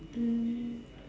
mm